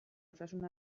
osasun